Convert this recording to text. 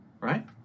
right